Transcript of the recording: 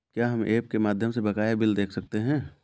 क्या हम ऐप के माध्यम से बकाया बिल देख सकते हैं?